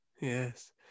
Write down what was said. Yes